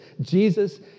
Jesus